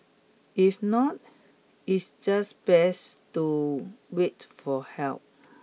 if not it's just best to wait for help